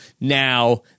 now